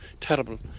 terrible